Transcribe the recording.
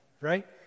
right